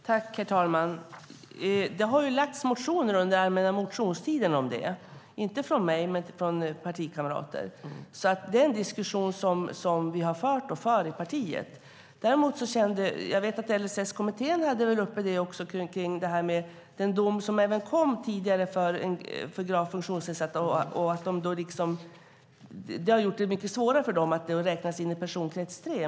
Herr talman! Det väcktes motioner under allmänna motionstiden om det - inte av mig, men av partikamrater. Det är en diskussion som vi har fört och för inom partiet. LSS-kommittén hade uppe den dom som kom tidigare för gravt funktionsnedsatta och att den har gjort det svårare för dem att räknas in i personkrets 3.